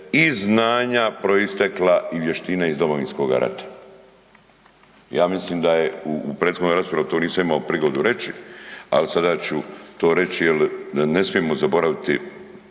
i znanja proistekla i vještine iz Domovinskoga rata. Ja mislim da u prethodnom raspravi to nisam imao prigodu reći, ali sada ću to reći jer ne smijemo zaboraviti